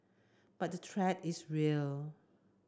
but the threat is real